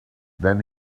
then